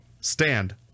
stand